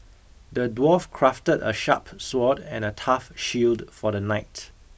the dwarf crafted a sharp sword and a tough shield for the knight